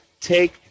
take